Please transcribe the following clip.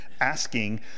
asking